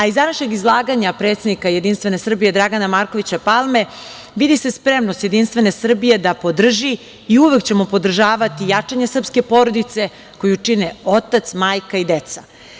Iz današnjeg izlaganja predsednika JS Dragana Markovića Palme, vidi se spremnost Jedinstvene Srbije da podrži i uvek ćemo podržavati jačanje srpske porodice koju čine otac, majka i deca.